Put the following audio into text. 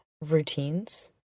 routines